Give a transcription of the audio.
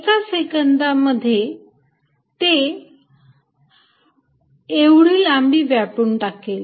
एका सेकंदामध्ये ते एवढी लांबी व्यापून टाकेल